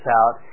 out